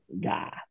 guy